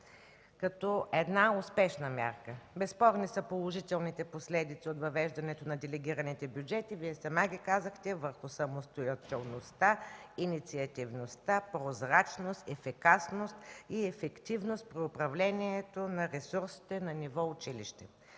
като една успешна мярка. Безспорни са положителните последици от въвеждането на делегираните бюджети – Вие сама ги казахте, върху самостоятелността, инициативността, прозрачност, ефикасност и ефективност при управлението на ресурсите на ниво „училище”,